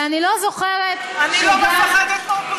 ואני לא זוכרת, אני לא מפחדת מהאופוזיציה.